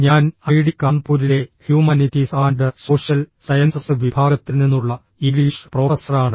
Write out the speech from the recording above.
ഞാൻ ഐഐടി കാൺപൂരിലെ humanities and social sciences വിഭാഗത്തിൽ നിന്നുള്ള ഇംഗ്ലീഷ് പ്രൊഫസറാണ്